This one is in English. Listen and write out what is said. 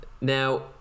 now